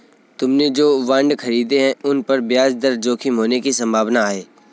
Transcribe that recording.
तुमने जो बॉन्ड खरीदे हैं, उन पर ब्याज दर जोखिम होने की संभावना है